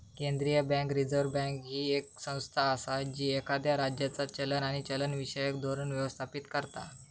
केंद्रीय bank, reserve bank, ही येक संस्था असा जी एखाद्या राज्याचा चलन आणि चलनविषयक धोरण व्यवस्थापित करता